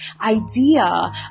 idea